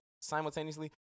Simultaneously